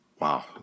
Wow